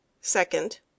Second